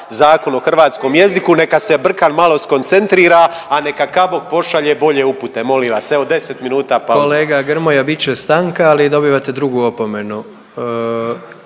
Zakon o hrvatskom jeziku, neka se Brkan malo skoncentrira, a neka Kabok pošalje bolje upute, molim vas, evo 10 minuta pauze. **Jandroković, Gordan (HDZ)** Kolega Grmoja, bit će stanka, ali dobivate drugu opomenu.